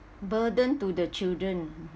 burden to the children